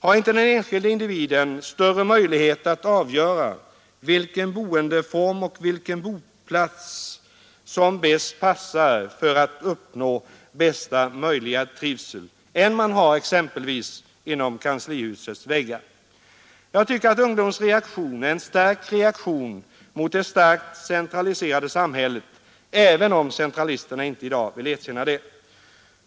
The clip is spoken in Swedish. Har inte den enskilde individen större möjligheter att avgöra vilken boendeform och vilken boplats som bäst passar för att uppnå bästa möjliga trivsel än den möjlighet att avgöra detta som man har exempelvis inom kanslihusets väggar? Ungdomens reaktion är i mycket en reaktion mot det starkt centraliserade samhället, även om centralisterna inte i dag vill erkänna det.